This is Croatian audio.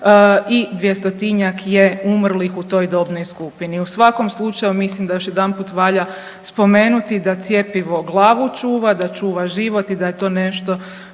i 200-njak je umrlih u toj dobnoj skupini. U svakom slučaju mislim da još jedanput valja spomenuti da cjepivo glavu čuva, da čuva život i da je to nešto